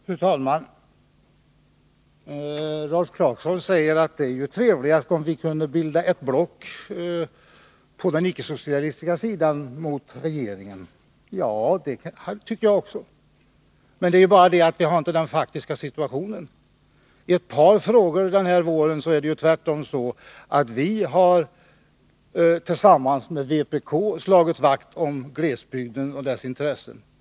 Fru talman! Rolf Clarkson säger att det vore trevligast, om vi på den icke-socialistiska sidan kunde bilda ett block mot regeringen. Det tycker också jag. Det är bara det att vi inte befinner oss i den situationen. När det gällt ett par frågor den här våren har det tvärtom varit så, att centern tillsammans med vpk har slagit vakt om glesbygden och dess intressen.